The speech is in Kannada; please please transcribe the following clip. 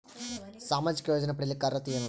ಸಾಮಾಜಿಕ ಯೋಜನೆ ಪಡಿಲಿಕ್ಕ ಅರ್ಹತಿ ಎನದ?